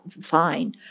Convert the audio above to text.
fine